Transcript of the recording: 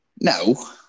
No